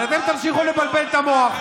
אבל אתם תמשיכו לבלבל את המוח.